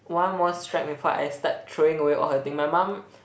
one more strike before I start throwing away all her thing my mum